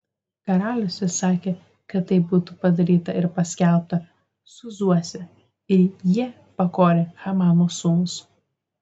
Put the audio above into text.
karalius įsakė kad tai būtų padaryta ir paskelbta sūzuose ir jie pakorė hamano sūnus